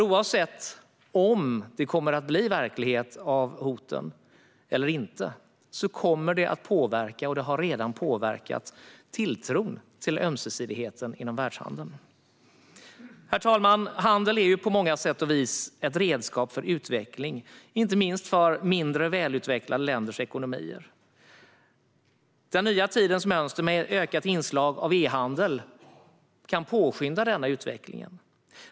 Oavsett om hoten kommer att bli verklighet eller inte kommer detta att påverka tilltron - och har redan gjort det - till ömsesidigheten inom världshandeln. Herr talman! Handel är på många sätt ett redskap för utveckling, inte minst för mindre utvecklade länders ekonomier. Den nya tidens mönster med ett ökat inslag av e-handel kan påskynda denna utveckling.